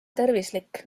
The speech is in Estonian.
tervislik